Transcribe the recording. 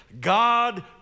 God